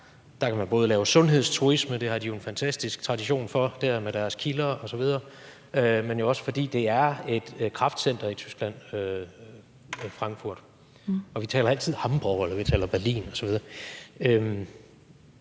Der kan man lave sundhedsturisme; det har de jo en fantastisk tradition for dér med deres kilder osv. Men det er jo også, fordi Frankfurt er et kraftcenter i Tyskland, og vi taler altid Hamborg, eller vi taler Berlin, osv.